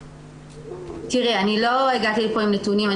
אני לא הגעתי לפה עם נתונים.